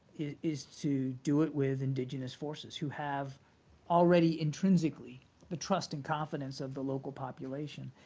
is to do it with indigenous forces who have already intrinsically the trust and confidence of the local population,